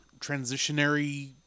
transitionary